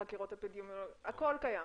חקירות האפידמיולוגיות הכול קיים.